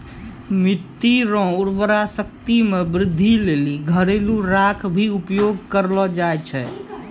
मिट्टी रो उर्वरा शक्ति मे वृद्धि लेली घरेलू राख भी उपयोग करलो जाय छै